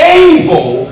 able